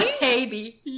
baby